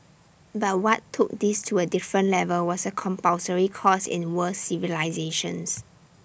but what took this to A different level was A compulsory course in world civilisations